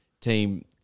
team